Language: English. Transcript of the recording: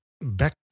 Back